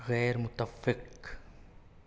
غیر متفق